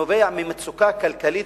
נובעות ממצוקה כלכלית.